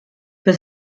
für